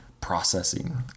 processing